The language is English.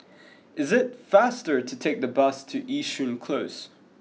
is it faster to take the bus to Yishun Close